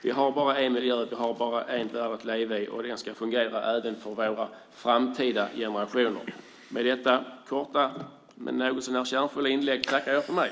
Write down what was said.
Vi har bara en miljö, och vi har bara en värld att leva i, och den ska fungera även för framtida generationer. Med detta korta men något så när kärnfulla inlägg tackar jag för mig.